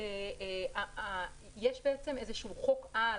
יש חוק-על,